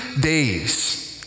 days